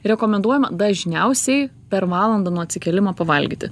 rekomenduojama dažniausiai per valandą nuo atsikėlimo pavalgyti